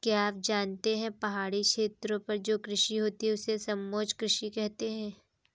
क्या आप जानते है पहाड़ी क्षेत्रों पर जो कृषि होती है उसे समोच्च कृषि कहते है?